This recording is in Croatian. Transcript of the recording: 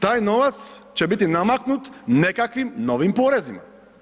Taj novac će biti namaknut nekakvim novim porezima.